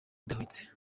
idahwitse